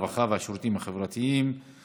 הרווחה והשירותים החברתיים,